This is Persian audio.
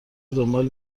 دنبال